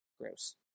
gross